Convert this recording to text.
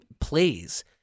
plays